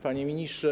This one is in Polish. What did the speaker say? Panie Ministrze!